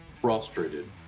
frustrated